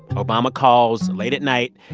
obama calls late at night.